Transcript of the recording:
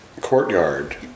courtyard